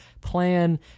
plan